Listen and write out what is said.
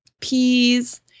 peas